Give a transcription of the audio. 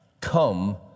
come